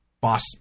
boss